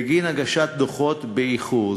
בגין הגשת דוחות באיחור.